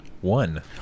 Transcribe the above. One